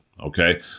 okay